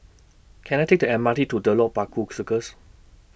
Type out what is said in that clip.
Can I Take The M R T to Telok Paku Circus